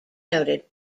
noted